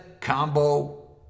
Combo